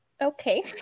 Okay